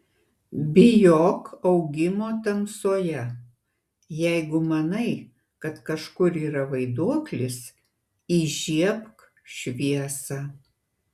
bijok augimo tamsoje jeigu manai kad kažkur yra vaiduoklis įžiebk šviesą